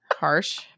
harsh